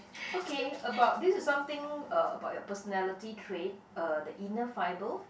okay about this is something uh about your personality trait uh the inner fibre